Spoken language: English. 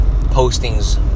postings